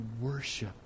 worship